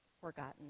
forgotten